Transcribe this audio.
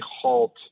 halt